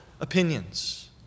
opinions